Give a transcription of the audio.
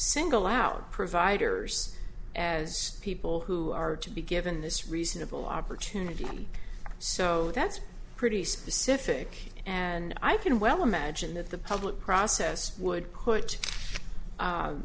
single out providers as people who are to be given this reasonable opportunity so that's pretty specific and i can well imagine that the public process would